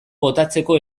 botatzeko